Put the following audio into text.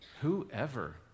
whoever